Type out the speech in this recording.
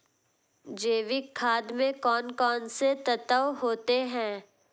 जैविक खाद में कौन कौन से तत्व होते हैं?